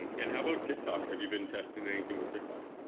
and how about tiktok? have you been testing anything with tiktok?